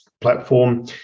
platform